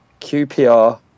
QPR